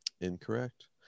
Incorrect